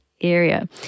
area